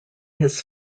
his